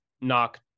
knock